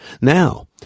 Now